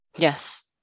Yes